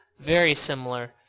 very similar.